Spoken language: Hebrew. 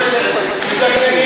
מה זה בסדר?